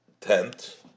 tent